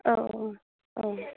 औ औ औ